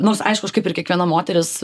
nors aišku aš kaip ir kiekviena moteris